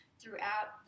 throughout